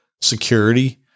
security